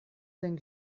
denn